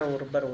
ברור.